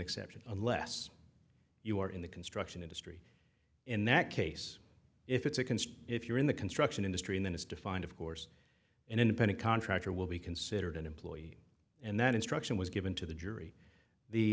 exception unless you are in the construction industry in that case if it's a concern if you're in the construction industry and then is defined of course an independent contractor will be considered an employee and that instruction was given to the jury the